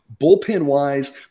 Bullpen-wise